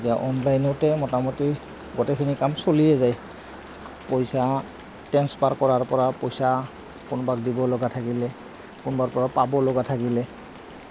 এতিয়া অনলাইনতে মোটামুটি গোটেইখিনি কাম চলিয়ে যায় পইচা ট্ৰেঞ্চফাৰ কৰাৰ পৰা পইচা কোনবাক দিব লগা থাকিলে কোনোবাৰ পৰা পাব লগা থাকিলে